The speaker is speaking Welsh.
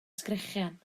sgrechian